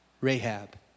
Rahab